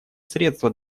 средство